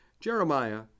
Jeremiah